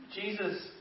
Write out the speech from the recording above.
Jesus